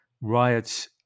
riots